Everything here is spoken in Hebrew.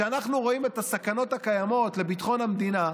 אנחנו רואים את הסכנות הקיימות לביטחון המדינה,